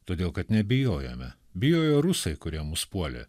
todėl kad nebijojome bijojo rusai kurie mus puolė